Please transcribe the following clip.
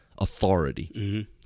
authority